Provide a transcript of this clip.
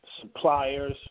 suppliers